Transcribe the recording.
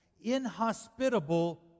inhospitable